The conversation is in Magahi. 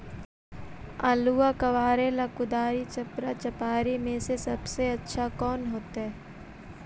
आलुआ कबारेला कुदारी, चपरा, चपारी में से सबसे अच्छा कौन होतई?